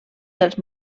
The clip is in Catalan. dels